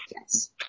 Yes